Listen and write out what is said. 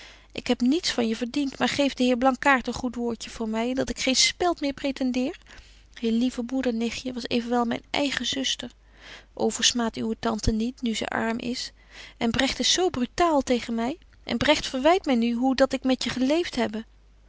ik heb niets van je verdient maar geef den heer blankaart een goed woordje voor my en dat ik geen speld meer pretendeer je lieve moeder nichtje was evenwel myn eige zuster o versmaadt uwe tante niet nu zy arm is en bregt is zo brutaal tegen my en bregt verwyt my nu hoe dat ik met je geleeft hebbe